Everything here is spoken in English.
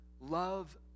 Love